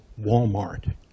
Walmart